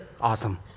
Awesome